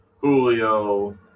Julio